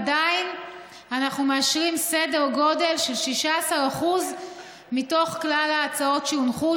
עדיין אנחנו מאשרים סדר גודל של 16% מתוך כלל ההצעות שהונחו,